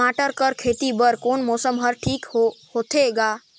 टमाटर कर खेती बर कोन मौसम हर ठीक होथे ग?